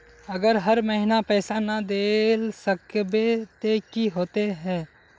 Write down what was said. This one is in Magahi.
अगर हर महीने पैसा ना देल सकबे ते की होते है?